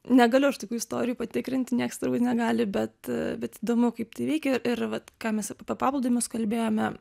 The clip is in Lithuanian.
negaliu aš tokių istorijų patikrinti nieks turbūt negali bet bet įdomu kaip tai veikė ir vat ką mes apie paplūdimius kalbėjome